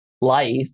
life